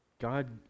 God